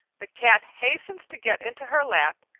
the cat hastens to get into her lap,